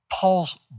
Paul's